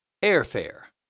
Airfare